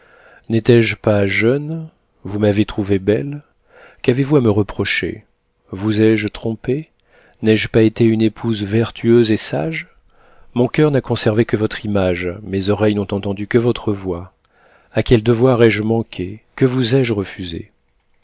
n'étais-je pas jeune vous m'avez trouvée belle qu'avez-vous à me reprocher vous ai-je trompé n'ai-je pas été une épouse vertueuse et sage mon coeur n'a conservé que votre image mes oreilles n'ont entendu que votre voix a quel devoir ai-je manqué que vous ai-je refusé